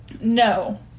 No